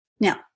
Now